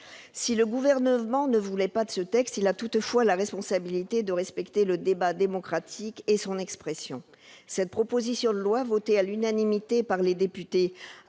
Si le Gouvernement ne veut pas de ce texte, il a toutefois la responsabilité de respecter le débat démocratique et son expression. Cette proposition de loi, votée à l'unanimité par les députés,